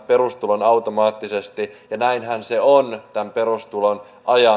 perustulon automaattisesti ja näinhän se on tämän perustulon